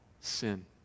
Sin